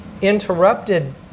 interrupted